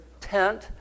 tent